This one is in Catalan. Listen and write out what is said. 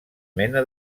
mena